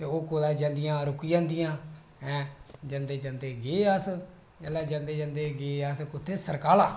ओह् कुदै जांदियां प्ही रुकी जंदियां जंदेे अस जंदे जंदे अस कुत्थै सरकाला